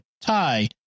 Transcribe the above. tie